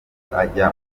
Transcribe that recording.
ajya